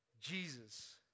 Jesus